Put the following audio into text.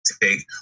take